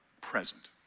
present